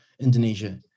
Indonesia